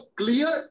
clear